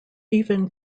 even